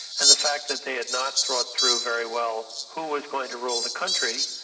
and the fact that they had not thought through very well who was going to rule the country.